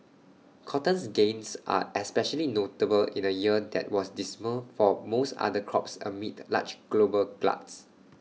cotton's gains are especially notable in A year that was dismal for most other crops amid large global gluts